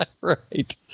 Right